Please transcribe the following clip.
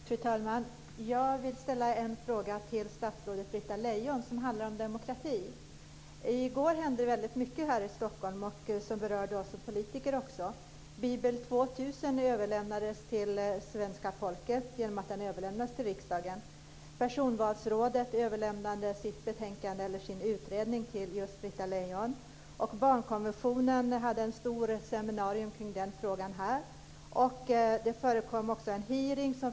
Fru talman! Jag vill ställa en fråga till statsrådet Britta Lejon. Den handlar om demokrati. I går hände det väldigt mycket här i Stockholm som också berörde oss som politiker. Bibel 2000 överlämnades till svenska folket genom att den överlämnades till riksdagen. Personvalsrådet överlämnade sin utredning till just Britta Lejon. Det hölls ett stort seminarium kring frågan om barnkonventionen.